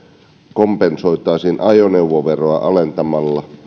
kompensoitaisiin ajoneuvoveroa alentamalla